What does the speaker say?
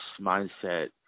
mindset